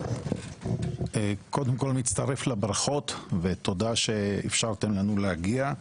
קודם כל מצטרף לברכות ותודה שאפשרתם לנו להגיע.